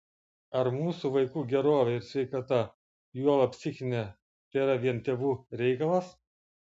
ar mūsų vaikų gerovė ir sveikata juolab psichinė tėra vien tėvų reikalas